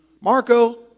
marco